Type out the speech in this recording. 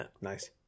Nice